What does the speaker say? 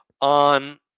On